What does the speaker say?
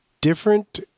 different